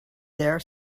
there